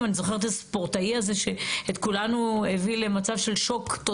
זאת בייחוד לאור המלצות הוועדה המייעצת